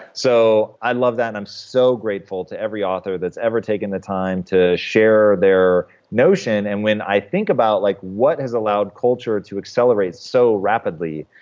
so i love that, and i'm so grateful to every author that's ever taken the time to share their notion, and when i think about like what has allowed culture to accelerate so rapidly,